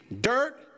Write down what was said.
dirt